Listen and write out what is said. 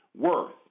worth